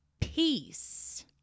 peace